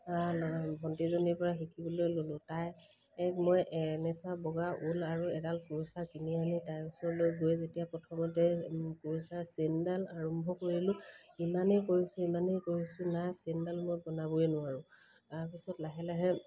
ভণ্টিজনীৰ পৰা শিকিবলৈ ল'লোঁ তাই এক মই এনেচা বগা ঊল আৰু এডাল কুৰচা কিনি আনি তাইৰ ওচৰলৈ গৈ যেতিয়া প্ৰথমতে কুৰচাৰ চেইনডাল আৰম্ভ কৰিলোঁ ইমানেই কৰিছোঁ ইমানেই কৰিছোঁ নাই চেইনডাল মই বনাবই নোৱাৰোঁ তাৰপিছত লাহে লাহে